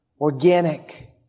organic